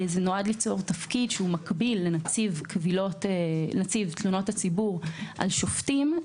זה נועד ליצור תפקיד שהוא מקביל לנציב תלונות הציבור על שופטים.